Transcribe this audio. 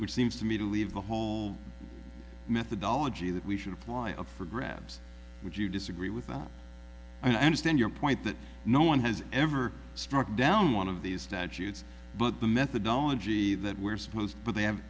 which seems to me to leave the whole methodology that we should apply up for grabs would you disagree with that i understand your point that no one has ever struck down one of these statutes but the methodology that we're supposed but they have